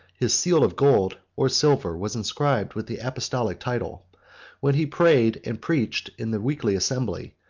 his seal of gold, or silver, was inscribed with the apostolic title when he prayed and preached in the weekly assembly,